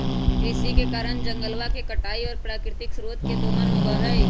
कृषि के कारण जंगलवा के कटाई और प्राकृतिक स्रोत के दोहन होबा हई